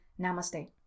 Namaste